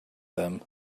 them